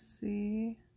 see